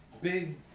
big